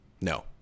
No